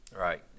Right